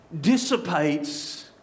dissipates